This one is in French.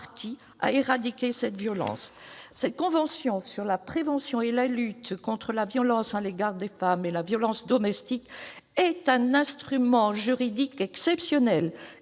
à éradiquer cette violence. Cette convention sur la prévention et la lutte contre la violence à l'égard des femmes et la violence domestique est un instrument juridique exceptionnel